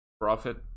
profit